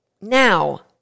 now